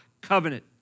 covenant